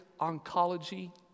oncology